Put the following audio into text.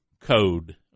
code